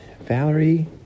valerie